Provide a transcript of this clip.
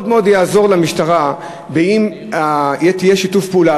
מאוד מאוד יעזור למשטרה אם יהיה שיתוף פעולה,